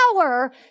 power